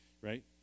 right